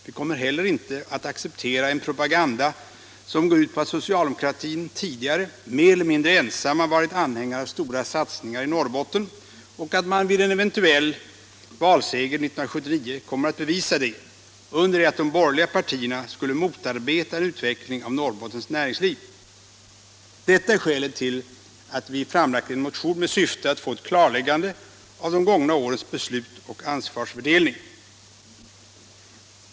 Vi kommer heller inte att acceptera en propaganda som går ut på att socialdemokraterna tidigare mer eller mindre ensamma varit anhängare av stora satsningar i Norrbotten och att man vid en eventuell valseger 1979 kommer att bevisa det, under det att de borgerliga partierna skulle motarbeta en utveckling av Norrbottens näringsliv. Detta är skälen till att vi framlagt en motion med syfte att få ett klarläggande av de gångna årens beslut och ansvarsfördelning.